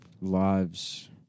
lives